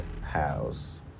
house